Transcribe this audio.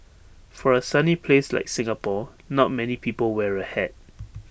for A sunny place like Singapore not many people wear A hat